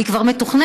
היא כבר מתוכננת,